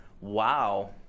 Wow